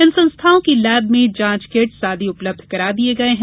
इन संस्थाओं की लैब में जाँच किट्स आदि उपलब्ध करा दिये गये हैं